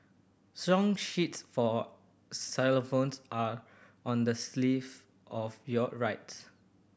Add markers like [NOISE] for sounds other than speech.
song sheets for xylophones are on the [UNINTELLIGIBLE] of your right